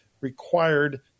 required